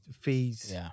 fees